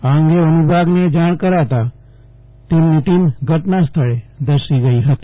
આ અંગે વનવિભાગને જાણ કરતા વનતંત્રની ટીમ ઘટનાસ્થળે ધસી ગઈ હતી